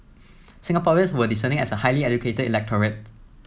Singaporeans were discerning as a highly educated electorate